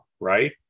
right